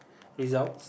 results